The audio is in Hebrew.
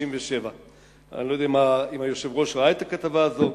1967. אני לא יודע אם היושב-ראש ראה את הכתבה הזאת.